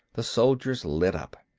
the soldiers lit up.